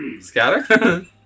Scatter